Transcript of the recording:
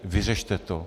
Vyřešte to.